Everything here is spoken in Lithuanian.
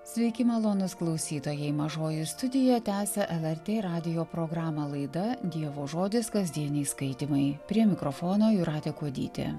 sveiki malonūs klausytojai mažoji studija tęsia lrt radijo programą laida dievo žodis kasdieniai skaitymai prie mikrofono jūratė kuodytė